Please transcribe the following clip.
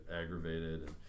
aggravated